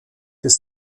des